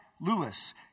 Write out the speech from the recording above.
Lewis